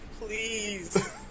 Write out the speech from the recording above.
Please